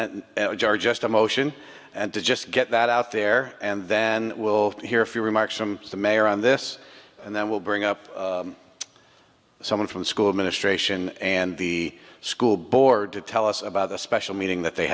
then just a motion and just get that out there and then we'll hear a few remarks from the mayor on this and then we'll bring up someone from school administration and the school board to tell us about the special meeting that they